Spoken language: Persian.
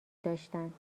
داشتند